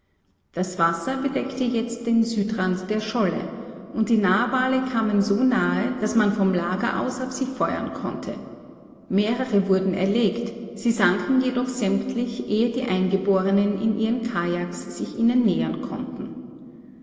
das wasser bedeckte jetzt den südrand der scholle und die narwale kamen so nahe daß man vom lager aus auf sie feuern konnte mehrere wurden erlegt sie sanken jedoch sämtlich ehe die eingeborenen in ihren kajaks sich ihnen nähern konnten